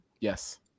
Yes